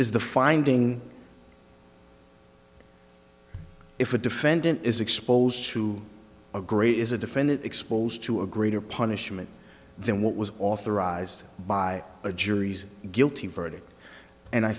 is the finding if a defendant is exposed to a great is a defendant exposed to a greater punishment then what was authorized by a jury's guilty verdict and i